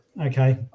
okay